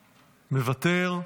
מוותר,